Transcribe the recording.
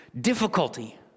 difficulty